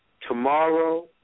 tomorrow